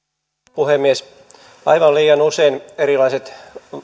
puhemies aivan liian usein erilaiset